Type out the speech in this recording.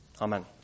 Amen